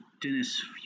Dennis